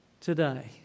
today